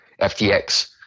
FTX